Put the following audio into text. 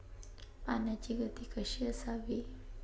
पाण्याची गती कशी असावी?